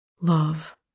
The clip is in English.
love